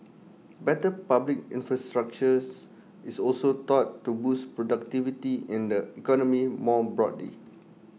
better public infrastructure is also thought to boost productivity in the economy more broadly